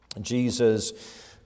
Jesus